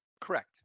Correct